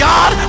God